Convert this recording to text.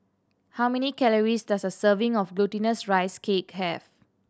how many calories does a serving of Glutinous Rice Cake have